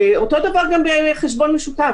אותו דבר גם בחשבון משותף.